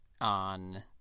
on